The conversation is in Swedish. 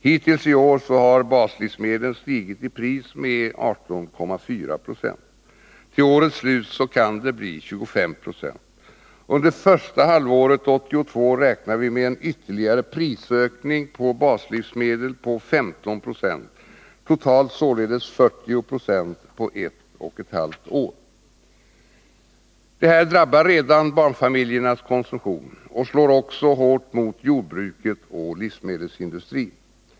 Hittills i år har baslivsmedlen stigit i pris med 18,4 96. Till årets slut kan det bli 25 96. Under första halvåret 1982 räknar vi med en ytterligare prisökning på baslivsmedel på 15 90 - totalt 40 96 på ett och ett halvt år! Detta drabbar redan barnfamiljernas konsumtion och slår också mot jordbruket och livsmedelsindustrin.